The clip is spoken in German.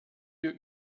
wir